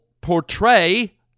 portray